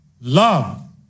Love